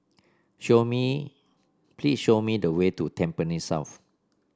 show me please show me the way to Tampines South